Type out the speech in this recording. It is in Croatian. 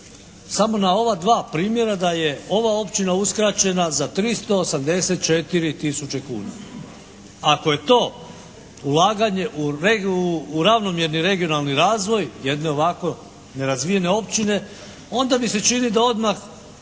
samo na ova dva primjera da je ova općina uskraćena za 384 tisuće kuna. Ako je to ulaganje u ravnomjerni regionalni razvoj jedne ovako nerazvijene općine onda mi se čini da odmah,